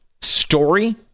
story